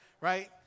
Right